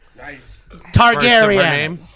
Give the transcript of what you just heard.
Targaryen